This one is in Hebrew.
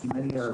אין לי עוד